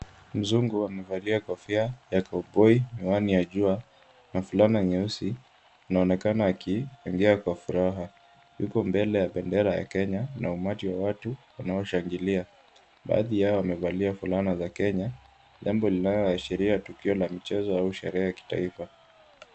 Mzungu amevalia kofia ya cowboy , miwani ya jua na fulana nyeusi anaonekana akiongea kwa furaha. Yuko mbele ya bendera ya Kenya na umati wa watu unaoshangilia. Baadhi yao wamevalia fulana za Kenya. Jambo linaloashiria tukio la mchezo au sherehe ya kitaifa.